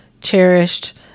cherished